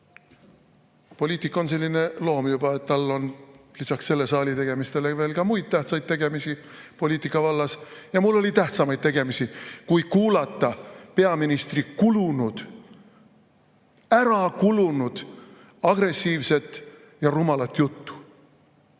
– poliitik on juba selline loom, et tal on lisaks selle saali tegemistele ka muid tähtsaid tegemisi poliitika vallas. Ja mul oli tähtsamaid tegemisi kui kuulata peaministri ära kulunud agressiivset ja rumalat juttu.